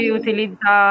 utilizza